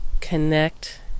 connect